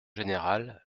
générale